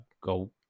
go